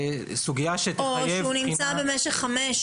או שהוא נמצא במשך 5,